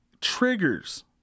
triggers